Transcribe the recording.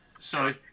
Sorry